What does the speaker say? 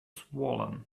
swollen